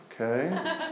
okay